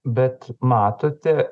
bet matote